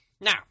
Now